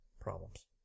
Problems